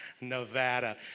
Nevada